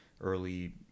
early